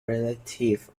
relative